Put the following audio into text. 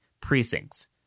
precincts